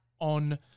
on